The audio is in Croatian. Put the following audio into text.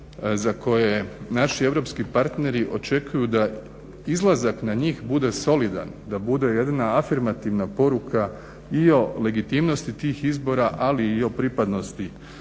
za koje naši europski partneri očekuju da izlazak na njih bude solidan, da bude jedina afirmativna poruka i o legitimnosti tih izbora ali i o pripadnosti